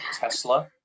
Tesla